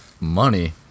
money